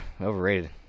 overrated